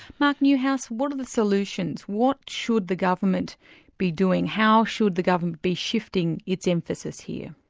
mark newhouse, what are the solutions? what should the government be doing? how should the government be shifting its emphasis here?